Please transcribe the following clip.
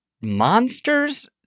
monsters